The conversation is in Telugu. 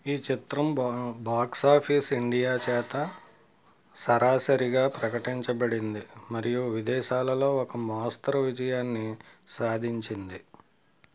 ఈ చిత్రం బాక్స్ ఆఫీస్ ఇండియా చేత సరాసరిగా ప్రకటించబడింది మరియు విదేశాలలో ఒక మోస్తరు విజయాన్ని సాధించింది